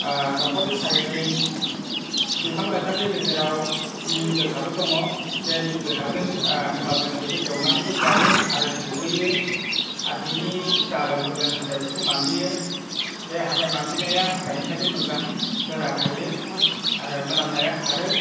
न'खरनि सारिगिदिं बिफां लाइफांनि गेजेराव निम गोखाबो दङ बे निम गोखाजों एखमब्ला जों बेखौ एवनानैबो जायो आरो दुगैयो आरो बिनि दालायफोरजों हाथायफोरखौ मानजियो बे हाथाय मानजिनाया हाथायनि थाखाय मोजां गोरा थायो आरो मोनामनाया खारो